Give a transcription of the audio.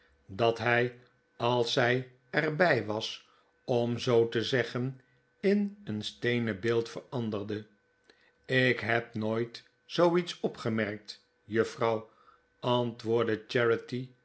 dat hij als zij er bij was om zoo te zeggen in een steenen beeld veranderde ik heb nooit zooiets opgemerkt juffrouw antwoordde